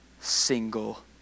single